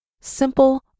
Simple